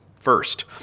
First